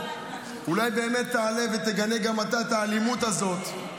אולי באמת תעלה ותגנה גם אתה את האלימות הזאת.